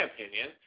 opinion